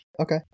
okay